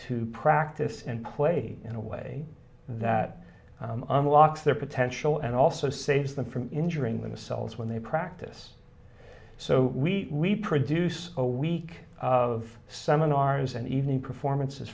to practice and play in a way that unlocks their potential and also saves them from injuring themselves when they practice so we reproduce a week of seminars and evening performances